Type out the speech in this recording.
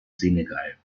senegal